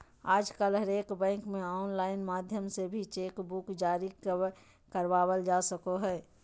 आजकल हरेक बैंक मे आनलाइन माध्यम से भी चेक बुक जारी करबावल जा सको हय